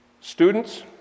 Students